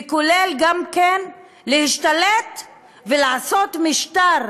וכולל גם השתלטות והקמת משטר